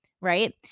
right